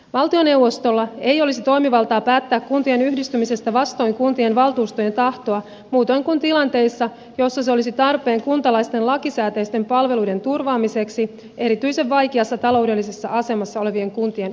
valtioneuvostolla ei olisi toimivaltaa päättää kuntien yhdistymisestä vastoin kuntien valtuustojen tahtoa muutoin kuin tilanteissa joissa se olisi tarpeen kuntalaisten lakisääteisten palveluiden turvaamiseksi erityisen vaikeassa taloudellisessa asemassa olevien kuntien osalta